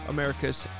America's